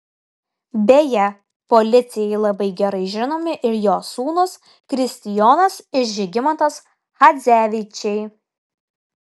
beje policijai labai gerai žinomi ir jo sūnūs kristijonas ir žygimantas chadzevičiai